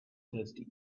thirsty